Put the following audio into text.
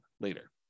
later